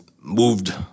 moved